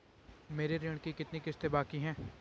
मेरे ऋण की कितनी किश्तें बाकी हैं?